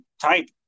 type